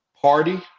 party